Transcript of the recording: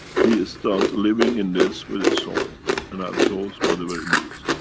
he ah starts living in this with his soul and absorbs whatever it needs.